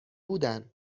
بودن